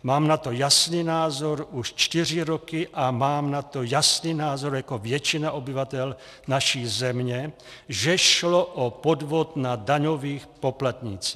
Mám na to jasný názor už čtyři roky a mám na to jasný názor jako většina obyvatel naší země, že šlo o podvod na daňových poplatnících.